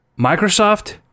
Microsoft